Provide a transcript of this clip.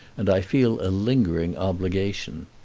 and i feel a lingering obligation.